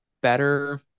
better